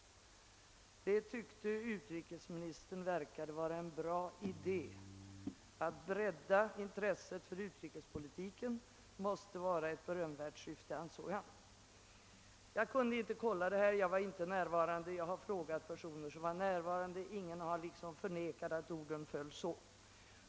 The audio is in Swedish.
Det tyckte utrikesministern verkade vara en bra idé. Att bredda intresset för utrikespolitiken måste vara ett berömvärt syfte, ansåg han.» Jag har inte själv kunnat verifiera riktigheten av detta referat, eftersom jag inte var närvarande då utrikesministern yttrade sig. Jag har emellertid frågat personer som var närvarande, och ingen har förnekat att orden föll så.